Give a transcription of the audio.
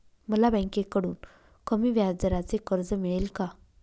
मला बँकेकडून कमी व्याजदराचे कर्ज मिळेल का?